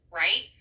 right